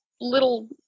little